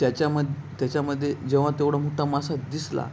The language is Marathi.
त्याच्यामध्ये त्याच्यामध्ये जेव्हा तेवढा मोठा मासा दिसला